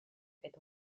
est